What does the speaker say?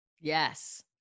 Yes